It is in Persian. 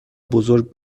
بزرگ